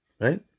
right